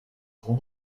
grand